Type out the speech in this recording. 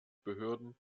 behörden